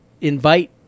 invite